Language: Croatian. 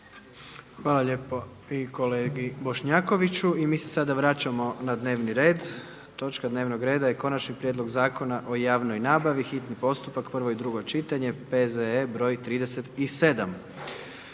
**Jandroković, Gordan (HDZ)** I mi se sada vraćamo na dnevni red, točka dnevnog reda je Konačni prijedlog Zakona o javnoj nabavi, hitni postupak, prvo i drugo čitanje, P.Z.E.BR.37.